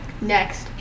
Next